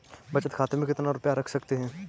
बचत खाते में कितना रुपया रख सकते हैं?